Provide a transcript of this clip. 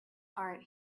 heart